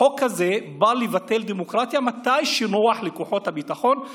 החוק הזה בא לבטל דמוקרטיה מתי שנוח לכוחות הביטחון,